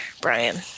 Brian